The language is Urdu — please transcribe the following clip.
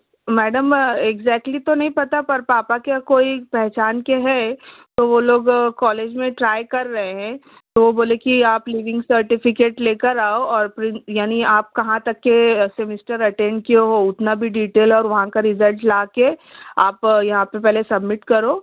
اور میڈم ایگزیکٹلی تو نہیں پتا پر پاپا کے یہاں کوئی پہچان کے ہے تو وہ لوگ کالج میں ٹرائی کر رہے ہیں تو وہ بولے کہ آپ لیونگ سرٹیفکیٹ لے کر آؤ اور پھر یعنی آپ کہاں تک کے سمیسٹر اٹینڈ کیے ہو اتنا بھی ڈٹیل اور وہاں کا ریزلٹ لا کے آپ یہاں پہ پہلے سبمٹ کرو